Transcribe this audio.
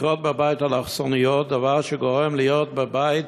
התקרות בבית אלכסוניות, דבר שגורם להיות בבית